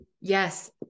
Yes